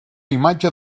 imatge